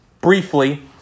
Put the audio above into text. briefly